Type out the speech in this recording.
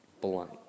blunt